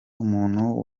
umuntu